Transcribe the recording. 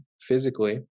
physically